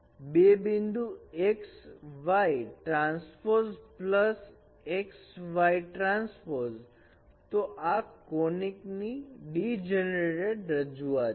બે બિંદુ x y transpose plus x y transpose તો આ કોનીક ની ડીજનરેટ રજૂઆત છે